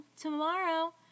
tomorrow